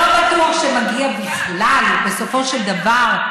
לא בטוח שהוא מגיע בכלל, בסופו של דבר,